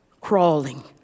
crawling